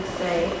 say